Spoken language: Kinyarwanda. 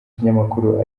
kinyamakuru